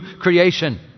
creation